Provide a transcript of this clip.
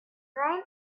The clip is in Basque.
gain